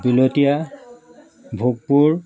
বিলতীয়া Bhogpur